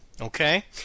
Okay